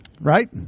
Right